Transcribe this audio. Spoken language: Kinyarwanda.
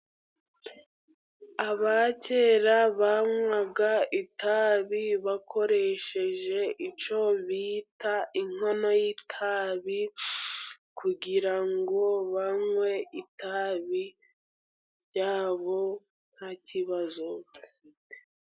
Aba kera banywaga itabi bakoresheje icyo bita "inkono y'itabi" kugira ngo banywe itabi ryabo nta kibazo.